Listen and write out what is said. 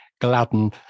gladden